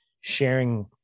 sharing